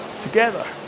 together